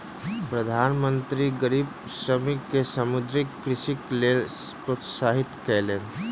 प्रधान मंत्री गरीब श्रमिक के समुद्रीय कृषिक लेल प्रोत्साहित कयलैन